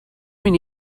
mynd